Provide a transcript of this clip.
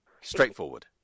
Straightforward